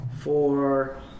Four